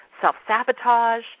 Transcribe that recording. self-sabotage